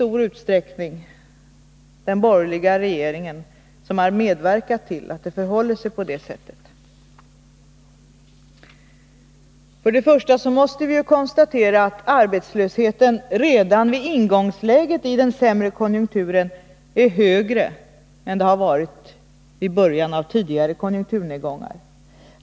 Och den borgerliga regeringen har i stor utsträckning medverkat till att det förhåller sig så. För det första är arbetslösheten redan vid ingången i den sämre konjunkturen högre än vad den varit i början av tidigare konjunkturnedgångar.